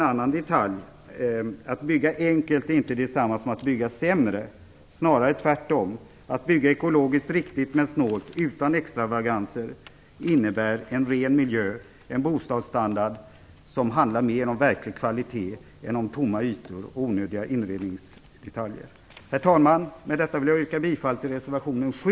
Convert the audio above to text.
Att bygga enkelt är inte detsamma som att bygga sämre, snarare tvärtom. Att bygga ekologiskt riktigt men snålt utan extravaganser innebär en ren miljö och en bostadsstandard som handlar mer om verklig kvalitet än om tomma ytor och onödiga inredningsdetaljer. Herr talman! Med det anförda vill jag yrka bifall till reservation 7.